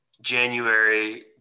January